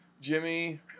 Jimmy